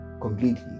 completely